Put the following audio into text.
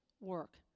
Work